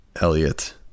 Elliot